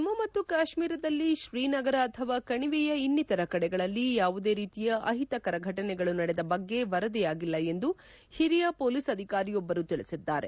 ಜಮ್ಮ ಮತ್ತು ಕಾಶ್ವೀರದಲ್ಲಿ ಶ್ರೀನಗರ ಅಥವಾ ಕಣಿವೆಯ ಇನ್ನಿತರ ಕಡೆಗಳಲ್ಲಿ ಯಾವುದೇ ರೀತಿಯ ಅಹಿತಕರ ಫಟನೆಗಳು ನಡೆದ ಬಗ್ಗೆ ವರದಿಯಾಗಿಲ್ಲ ಎಂದು ಹಿರಿಯ ಪೊಲೀಸ್ ಅಧಿಕಾರಿಯೊಬ್ಲರು ತಿಳಿಸಿದ್ದಾರೆ